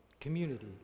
community